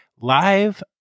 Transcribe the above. live